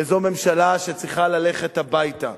שזו ממשלה שצריכה ללכת הביתה.